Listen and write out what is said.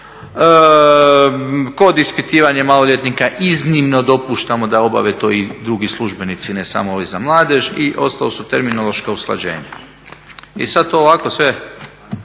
Kod ispitivanja maloljetnika iznimno dopuštamo da obave to i drugi službenici ne samo ovi za mladež i ostalo su terminološka usklađenja. I sad to ovako sve